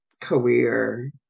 career